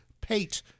Pate